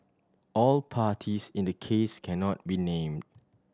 all parties in the case cannot be named